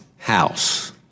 house